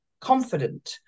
confident